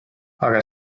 aga